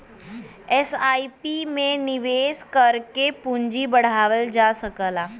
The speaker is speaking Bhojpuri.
एस.आई.पी में निवेश करके पूंजी बढ़ावल जा सकला